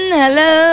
hello